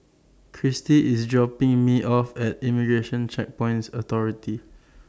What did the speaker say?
Christie IS dropping Me off At Immigration Checkpoints Authority